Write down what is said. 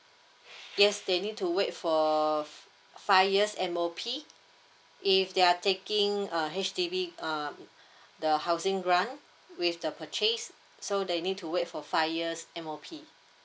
yes they need to wait for five years M_O_P if they're taking uh H_D_B um the housing grant with the purchase so they need to wait for five years M_O_P